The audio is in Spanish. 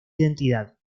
identidad